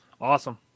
Awesome